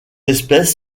espèce